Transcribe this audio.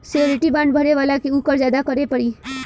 surety bond भरे वाला के ऊ कर्ज अदा करे पड़ी